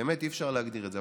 באמת אי-אפשר להגדיר את זה כך,